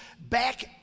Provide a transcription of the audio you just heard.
back